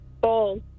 Ball